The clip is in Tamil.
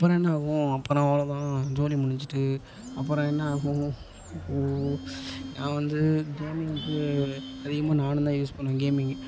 அப்பறம் என்ன ஆகும் அப்பறம் அவ்வளோ தான் சோலி முடிஞ்சுட்டு அப்பறம் என்ன ஆகும் நான் வந்து கேமிங்குக்கு அதிகமாக நானும் தான் யூஸ் பண்ணுவேன் கேமிங்கு